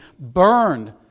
burned